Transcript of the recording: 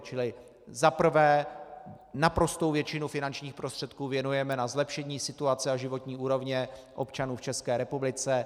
Čili za prvé, naprostou většinu finančních prostředků věnujeme na zlepšení situace a životní úrovně občanů v České republice.